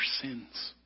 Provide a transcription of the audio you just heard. sins